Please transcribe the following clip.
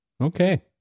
Okay